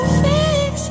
fix